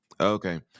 Okay